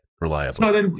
reliably